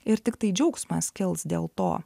ir tiktai džiaugsmas kels dėl to